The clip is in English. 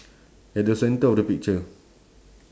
at the center of the picture